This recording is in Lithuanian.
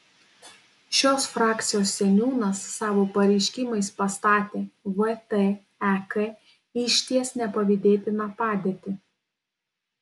šios frakcijos seniūnas savo pareiškimais pastatė vtek į išties nepavydėtiną padėtį